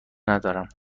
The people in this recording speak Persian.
ندارم